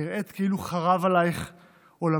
נראית כאילו חרב עלייך עולמך,